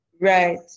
Right